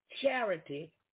charity